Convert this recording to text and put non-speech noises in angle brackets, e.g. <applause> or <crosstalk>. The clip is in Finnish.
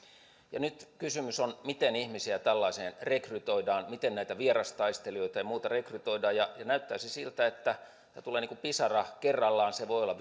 nyt kysymys on miten ihmisiä tällaiseen rekrytoidaan miten näitä vierastaistelijoita ja muita rekrytoidaan näyttäisi siltä että tämä tulee kuin pisara kerrallaan se voi olla <unintelligible>